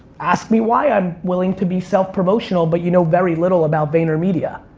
ask me why i'm willing to be self-promotional, but you know very little about vaynermedia.